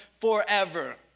forever